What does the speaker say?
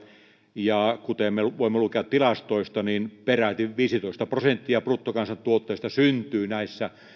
ja kuten me voimme lukea tilastoista peräti viisitoista prosenttia bruttokansantuotteesta syntyy näissä